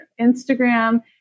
Instagram